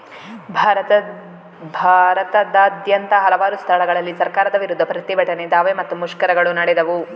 ಭಾರತದಾದ್ಯಂತ ಹಲವಾರು ಸ್ಥಳಗಳಲ್ಲಿ ಸರ್ಕಾರದ ವಿರುದ್ಧ ಪ್ರತಿಭಟನೆ, ದಾವೆ ಮತ್ತೆ ಮುಷ್ಕರಗಳು ನಡೆದವು